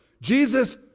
Jesus